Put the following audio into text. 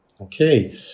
okay